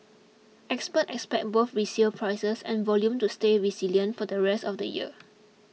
experts expect both resale prices and volume to stay resilient for the rest of the year